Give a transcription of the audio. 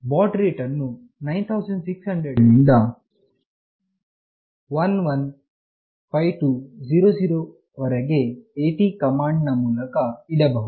ಬಾಡ್ rate ಅನ್ನು 9600 ನಿಂದ 115200 ವರೆಗೆ AT ಕಮಾಂಡ್ ನ ಮೂಲಕ ಇಡಬಹುದು